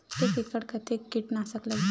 एक एकड़ कतेक किट नाशक लगही?